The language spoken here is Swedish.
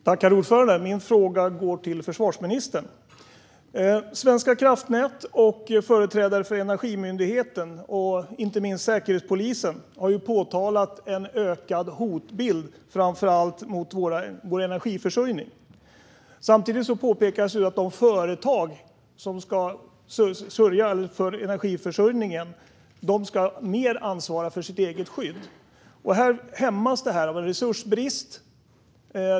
Herr talman! Min fråga går till försvarsministern. Svenska kraftnät och företrädare för Energimyndigheten och inte minst Säkerhetspolisen har framhållit en ökad hotbild, framför allt mot vår energiförsörjning. Samtidigt påpekas att de företag som ska stå för energiförsörjningen mer ska ansvara för sitt eget skydd. Detta hämmas av en resursbrist.